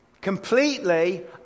completely